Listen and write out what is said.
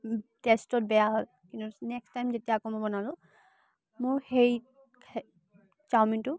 টেষ্টত বেয়া হ'ল কিন্তু নেক্সট টাইম যেতিয়া আকৌ মই বনালোঁ মোৰ সেই চাওমিনটো